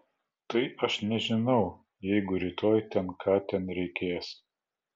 tai aš nežinau jeigu rytoj ten ką ten reikės